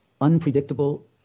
unpredictable